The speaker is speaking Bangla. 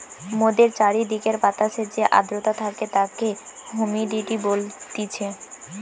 মোদের চারিদিকের বাতাসে যে আদ্রতা থাকে তাকে হুমিডিটি বলতিছে